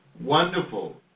wonderful